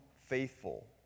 faithful